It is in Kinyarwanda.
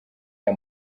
aya